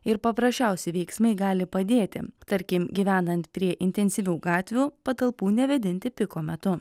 ir paprasčiausi veiksmai gali padėti tarkim gyvenant prie intensyvių gatvių patalpų nevėdinti piko metu